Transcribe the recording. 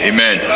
Amen